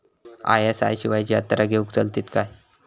ISI शिवायची हत्यारा घेऊन चलतीत काय?